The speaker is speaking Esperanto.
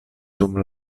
dum